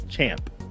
Champ